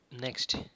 next